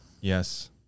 Yes